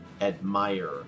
admire